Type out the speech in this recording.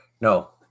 no